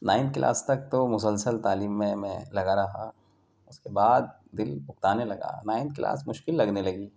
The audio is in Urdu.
نائن کلاس تک تو مسلسل تعلیم میں میں لگا رہا اس کے بعد دل اکتانے لگا نائن کلاس مشکل لگنے لگی